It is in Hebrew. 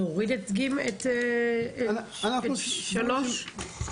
להוריד את סעיף 5(א)(3)?